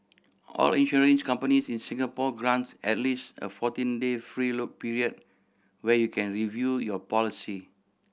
all insurance companies in Singapore grants at least a fourteen day free look period where you can review your policy